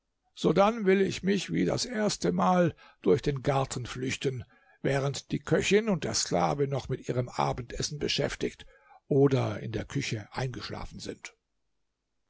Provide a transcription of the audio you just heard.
sodann will ich mich wie das erste mal durch den garten flüchten während die köchin und der sklave noch mit ihrem abendessen beschäftigt oder in der küche eingeschlafen sind